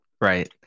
Right